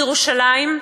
בירושלים,